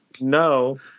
no